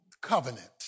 Covenant